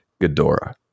Ghidorah